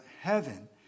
heaven